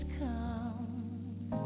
come